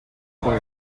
for